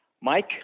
Mike